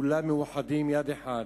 כולם מאוחדים, יד אחת.